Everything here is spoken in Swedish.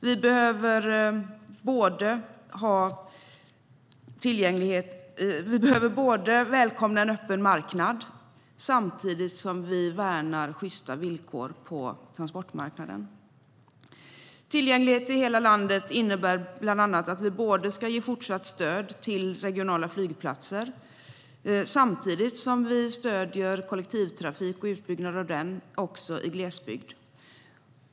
Vi behöver välkomna en öppen marknad samtidigt som vi värnar sjysta villkor på transportmarknaden. Tillgänglighet i hela landet innebär bland annat att vi ska ge fortsatt stöd till regionala flygplatser samtidigt som vi stöder kollektivtrafik och utbyggnad av den, också i glesbygd.